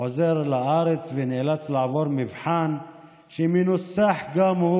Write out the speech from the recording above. חוזר לארץ ונאלץ לעבור מבחן שמנוסח גם הוא